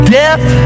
death